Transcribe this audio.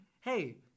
hey